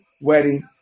wedding